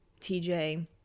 TJ